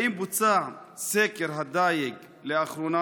רצוני לשאול: 1. האם סקר הדיג בוצע לאחרונה?